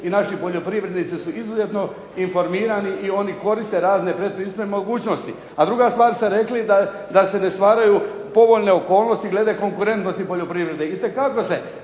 I naši poljoprivrednici su izuzetno informirani i oni koriste razne pretpristupne mogućnosti. A druga stvar ste rekli da se ne stvaraju povoljne okolnosti glede konkurentnosti poljoprivrede. Itekako se.